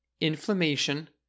inflammation